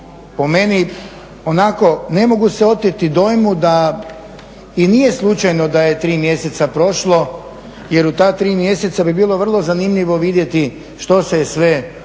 po meni onako ne mogu se oteti dojmu da i nije slučajno da je tri mjeseca prošlo jer u ta tri mjeseca bi bilo vrlo zanimljivo vidjeti što se sve uvozilo